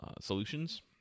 solutions